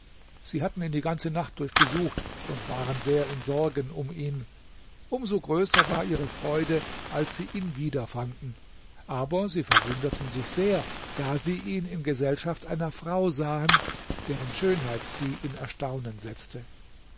sie hatten ihn die ganze nacht durch gesucht und waren sehr in sorgen um ihn um so größer war ihre freude als sie ihn wieder fanden aber sie verwunderten sich sehr da sie ihn in gesellschaft einer frau sahen deren schönheit sie in erstaunen setzte